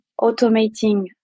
automating